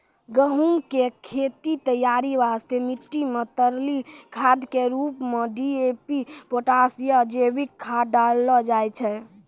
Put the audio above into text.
गहूम के खेत तैयारी वास्ते मिट्टी मे तरली खाद के रूप मे डी.ए.पी पोटास या जैविक खाद डालल जाय छै